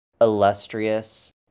illustrious